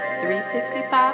365